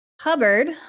Hubbard